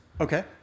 Okay